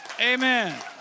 Amen